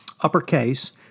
uppercase